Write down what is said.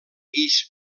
guix